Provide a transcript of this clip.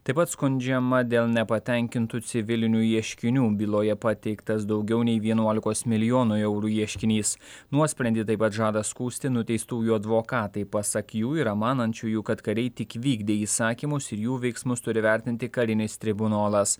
taip pat skundžiama dėl nepatenkintų civilinių ieškinių byloje pateiktas daugiau nei vienuolikos milijonų eurų ieškinys nuosprendį taip pat žada skųsti nuteistųjų advokatai pasak jų yra manančiųjų kad kariai tik vykdė įsakymus ir jų veiksmus turi vertinti karinis tribunolas